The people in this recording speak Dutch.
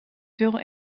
veel